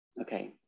okay